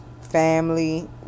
Family